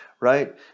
right